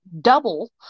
double